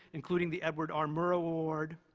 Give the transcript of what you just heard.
including the edward r. murrow award,